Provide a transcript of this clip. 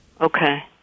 Okay